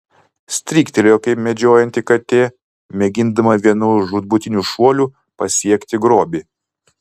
stryktelėjo kaip medžiojanti katė mėgindama vienu žūtbūtiniu šuoliu pasiekti grobį